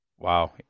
Wow